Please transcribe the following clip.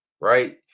right